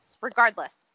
regardless